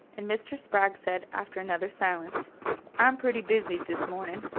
and mr. spragg said, after another silence i'm pretty busy this morning.